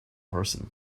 person